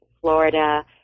Florida